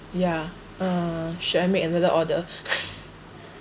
ya uh should I make another order